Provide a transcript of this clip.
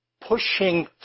Pushing